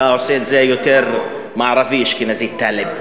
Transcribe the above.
אתה עושה את זה יותר מערבי, אשכנזי, טָלֵב.